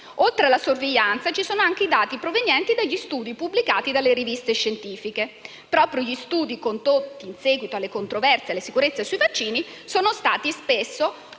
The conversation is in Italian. Oltre alla sorveglianza ci sono anche i dati provenienti dagli studi pubblicati dalle riviste scientifiche. Proprio gli studi condotti in seguito alle controversie sulla sicurezza dei vaccini sono stati spesso